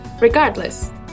regardless